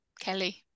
Kelly